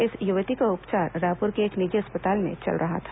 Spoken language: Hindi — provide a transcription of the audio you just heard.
इस युवती का उपचार रायपुर के एक निजी अस्पताल में चल रहा था